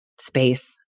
space